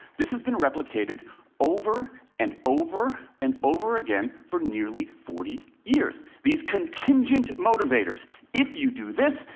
this has been replicated over and over and over again for nearly forty years. these contingent motivators if you do this,